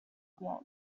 blog